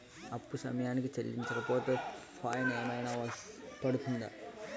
అప్పు సమయానికి చెల్లించకపోతే ఫైన్ ఏమైనా పడ్తుంద?